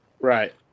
Right